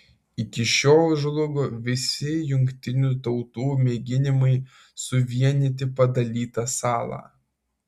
iki šiol žlugo visi jungtinių tautų mėginimai suvienyti padalytą salą